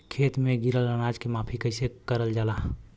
खेत में गिरल अनाज के माफ़ी कईसे करल जाला?